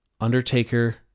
Undertaker